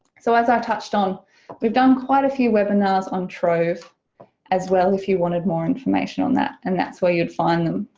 so as i touched on we've done quite a few webinars on trove as well if you wanted more information on that and that's where you'd find them.